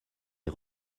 est